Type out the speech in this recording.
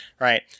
Right